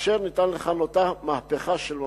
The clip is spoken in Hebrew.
אשר ניתן לכנותה מהפכה של ממש.